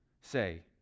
say